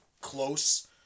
close